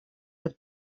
этот